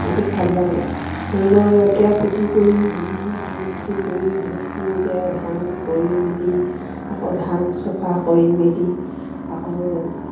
বহুত ভাল লাগে ধৰি লওক এতিয়া খেতি কৰি মানুহে ধান খেতি কৰি বহুতখিনি এতিয়া ধান কৰি মেলি আকৌ ধান চফা কৰি মেলি আকৌ